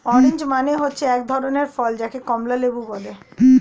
orange মানে হচ্ছে এক ধরনের ফল যাকে কমলা লেবু বলে